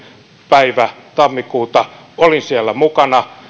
päivä tammikuuta olin siellä mukana